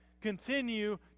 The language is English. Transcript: continue